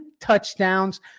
touchdowns